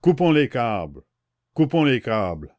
coupons les câbles coupons les câbles